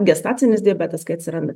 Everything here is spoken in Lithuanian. gestacinis diabetas kai atsiranda